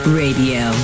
radio